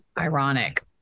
ironic